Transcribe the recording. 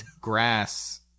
grass